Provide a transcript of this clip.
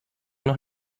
noch